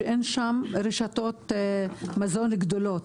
שאין שם רשתות מזון גדולות,